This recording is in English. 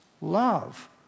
love